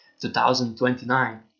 2029